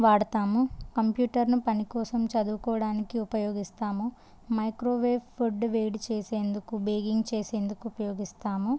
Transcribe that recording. వాడతాము కంప్యూటర్ను పని కోసం చదువుకోవడానికి ఉపయోగిస్తాము మైక్రోవేవ్ ఫుడ్ వేడి చేసేందుకు బెగ్గింగ్ చేసేందుకు ఉపయోగిస్తాము